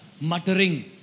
Muttering